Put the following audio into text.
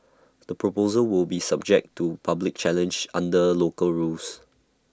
the proposal will be subject to public challenge under local rules